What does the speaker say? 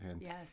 Yes